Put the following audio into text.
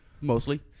mostly